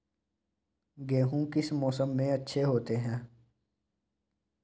गेहूँ किस मौसम में अच्छे होते हैं?